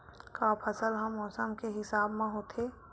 का फसल ह मौसम के हिसाब म होथे?